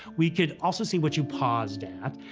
we could also see what you paused at,